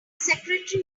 secretary